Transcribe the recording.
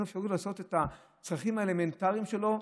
אין לו אפשרות לעשות את הצרכים האלמנטריים שלו,